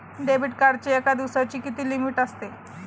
Debit कार्डची एका दिवसाची किती लिमिट असते?